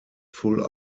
full